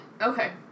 Okay